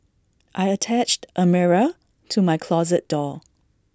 I attached A mirror to my closet door